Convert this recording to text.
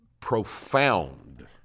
profound